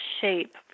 shape